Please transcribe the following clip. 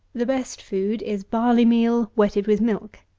the best food is barley-meal wetted with milk,